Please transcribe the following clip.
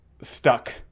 stuck